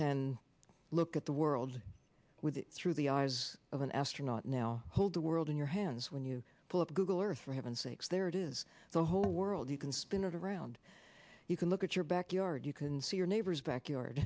can look at the world with through the eyes of an astronaut now hold the world in your hands when you pull up google earth for heaven's sakes there it is the whole world you can spin around you can look at your backyard you can see your neighbor's backyard